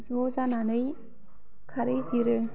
ज' जानानै खारै जिरो